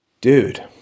Dude